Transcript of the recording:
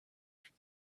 for